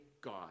God